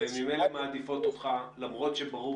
והן ממילא מעדיפות אותך, למרות שברור